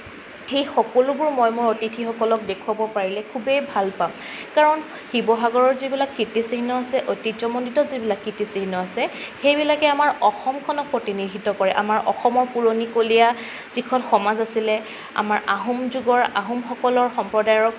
সেই সকলোবোৰ মই মোৰ অতিথিসকলক দেখুৱাব পাৰিলে খুবেই ভাল পাম কাৰণ শিৱসাগৰৰ যিবিলাক কীৰ্তিচিহ্ন আছে ঐতিহ্যমণ্ডিত যিবিলাক কীৰ্তিচিহ্ন আছে সেইবিলাকে আমাৰ অসমখনক প্ৰতিনিধিত্ব কৰে আমাৰ অসমৰ পুৰণিকলীয়া যিখন সমাজ আছিলে আমাৰ আহোম যুগৰ আহোমসকলৰ সম্প্ৰদায়ৰ